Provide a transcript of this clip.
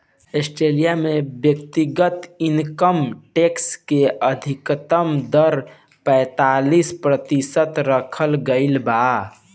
Australia में व्यक्तिगत income tax के अधिकतम दर पैतालीस प्रतिशत रखल गईल बा